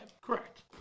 correct